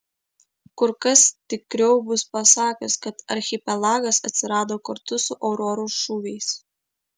kur kas tikriau bus pasakius kad archipelagas atsirado kartu su auroros šūviais